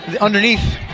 underneath